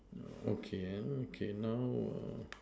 okay uh okay now err